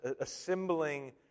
assembling